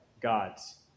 God's